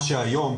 ממה שהיום,